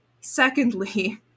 Secondly